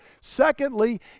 secondly